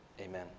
Amen